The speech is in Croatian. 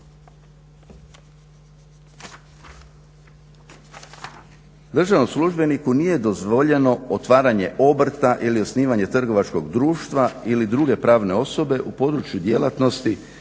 Državnom službeniku nije dozvoljeno otvaranje obrta ili osnivanje trgovačkog društva ili druge pravne osobe u području djelatnosti